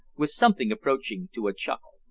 with something approaching to a chuckle.